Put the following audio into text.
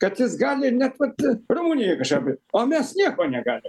kad jis gali net pad rumunija kažką kai o mes nieko negalim